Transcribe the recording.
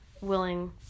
willing